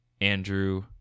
andrew